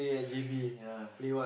ya